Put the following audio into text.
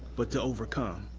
but to overcome.